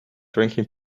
drinking